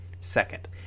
Second